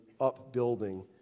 upbuilding